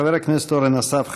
חבר הכנסת אורן אסף חזן,